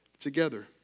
together